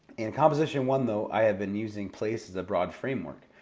in composition one though i have been using place as a broad framework,